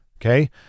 okay